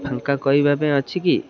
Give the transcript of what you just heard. ଫାଙ୍କା କରିବା ପାଇଁ ଅଛି କି